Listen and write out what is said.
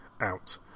out